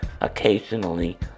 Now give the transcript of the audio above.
occasionally